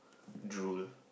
drool